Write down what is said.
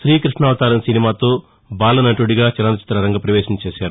శ్రీకృష్ణావతారం సినిమాతో బాల నటుడిగా చలనచిత్ర రంగ ప్రవేశం చేశారు